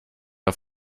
auf